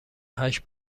هشت